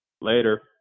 Later